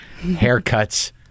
Haircuts